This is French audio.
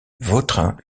vautrin